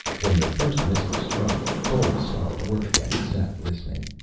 when the first missile struck, cole stopped work and sat listening.